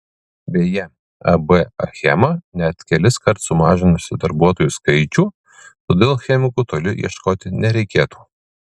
beje ab achema net keliskart sumažinusi darbuotojų skaičių todėl chemikų toli ieškoti nereikėtų